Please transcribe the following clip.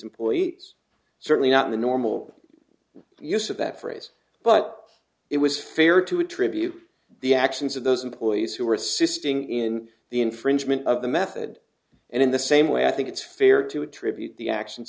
employees certainly not in the normal use of that phrase but it was fair to attribute the actions of those employees who were assisting in the infringement of the method and in the same way i think it's fair to attribute the actions